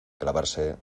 clavarse